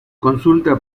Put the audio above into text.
consulta